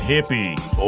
Hippie